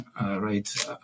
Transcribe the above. right